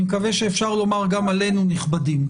אני מקווה שאפשר לומר גם עלינו נכבדים,